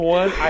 one